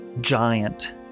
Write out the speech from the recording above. Giant